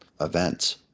events